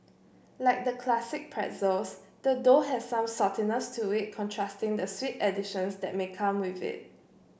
like the classic pretzels the dough has some saltiness to it contrasting the sweet additions that may come with it